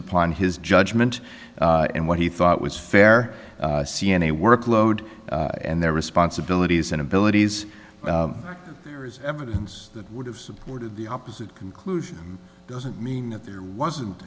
upon his judgment and what he thought was fair c n a workload and their responsibilities and abilities there is evidence that would have supported the opposite conclusion doesn't mean that there wasn't